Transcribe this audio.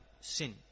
sin